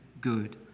good